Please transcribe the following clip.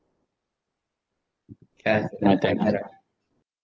ya my time up right